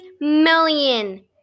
million